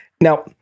Now